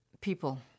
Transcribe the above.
people